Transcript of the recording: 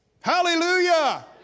Hallelujah